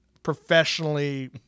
Professionally